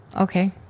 okay